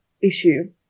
issue